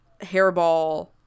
hairball